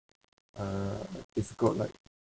uh difficult right